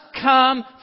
come